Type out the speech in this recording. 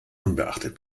unbeachtet